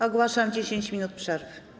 Ogłaszam 10 minut przerwy.